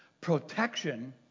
protection